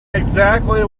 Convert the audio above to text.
exactly